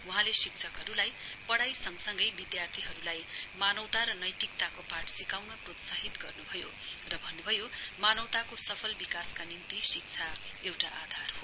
वहाँले शिक्षकहरूलाई पढाईसंगसंगै विद्यार्थीहरूलाई मानवता र नैतिकताको पाठ सिकाउन प्रोत्साहित गर्नुभयो र भन्नुभयो मानवताको सफल विकासका निम्ति शिक्षा एउटा आधार हो